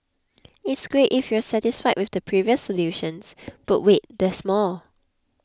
it's great if you're satisfied with the previous solutions but wait there's more